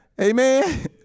Amen